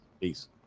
Peace